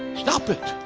stop it